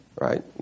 right